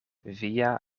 via